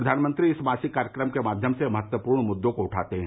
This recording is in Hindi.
प्रधानमंत्री इस मासिक कार्यक्रम के माध्यम से महत्वपूर्ण मृद्यों को उठाते हैं